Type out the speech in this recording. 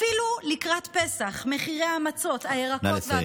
אפילו לקראת פסח מחירי המצות, הירקות, נא לסיים.